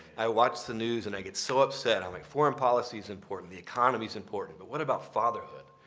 i watch the news and i get so upset. i'm like foreign policy is important, the economy is important. but what about fatherhood?